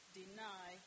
deny